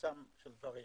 בבסיסם של דברים,